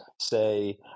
say